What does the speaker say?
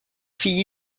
fille